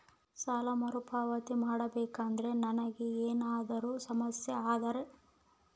ಸಾಲ ಮರುಪಾವತಿ ಮಾಡಬೇಕಂದ್ರ ನನಗೆ ಏನಾದರೂ ಸಮಸ್ಯೆ ಆದರೆ?